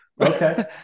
okay